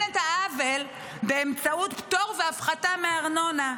את העוול באמצעות פטור והפחתה מארנונה.